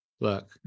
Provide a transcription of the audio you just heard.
look